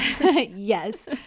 Yes